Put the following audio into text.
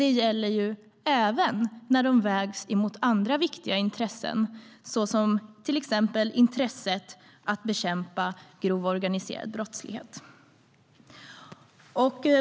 Det gäller även när de vägs mot andra viktiga intressen, såsom till exempel intresset av att bekämpa grov organiserad brottslighet.